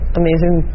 amazing